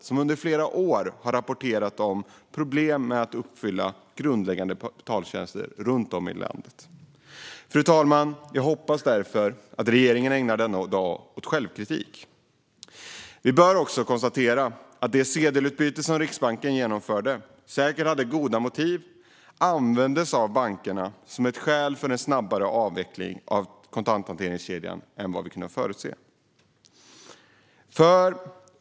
Dessa har under flera år rapporterat om problem med att uppfylla behovet av grundläggande betaltjänster runt om i landet. Fru talman! Jag hoppas därför att regeringen ägnar denna dag åt självkritik. Vi bör också konstatera att det sedelutbyte som Riksbanken genomförde, säkert med goda motiv, användes av bankerna som ett skäl för en snabbare avveckling av kontanthanteringskedjan än vad vi kunde förutse.